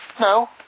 no